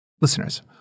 Listeners